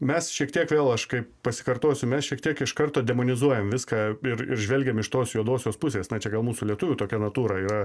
mes šiek tiek vėl aš kai pasikartosiu mes šiek tiek iš karto demonizuojam viską ir ir žvelgiam iš tos juodosios pusės na čia gal mūsų lietuvių tokia natūra yra